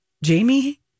Jamie